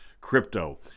crypto